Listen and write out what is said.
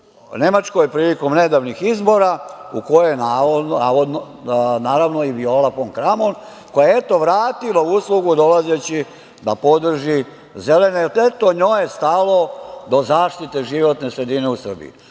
Nemačkoj prilikom nedavnih izbora u kojoj je naravno Viola fon Kramon, koja je vratila uslugu dolazeći da podrži zelene, jer eto, njoj je stalo do zaštite životne sredine u Srbiji.